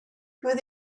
who